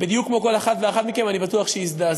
ובדיוק כמו כל אחת ואחד מכם אני בטוח שהזדעזעתם,